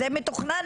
זה מתוכנן